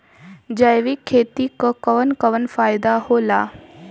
जैविक खेती क कवन कवन फायदा होला?